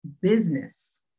business